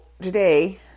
today